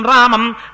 Ramam